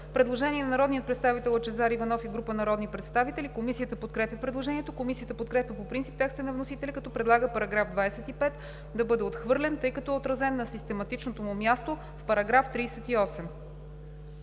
предложение на народния представител Лъчезар Иванов и група и народни представители. Комисията подкрепя предложението. Комисията подкрепя по принцип текста на вносителя, като предлага § 25 да бъде отхвърлен, тъй като е отразен на систематичното му място в § 38.